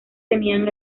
tenían